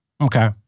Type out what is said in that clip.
Okay